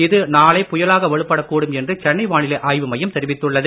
இது நாளை புயலாக வலுப்படக் கூடும் என்று சென்னை வானிலை ஆய்வு மையம் தெரிவித்துள்ளது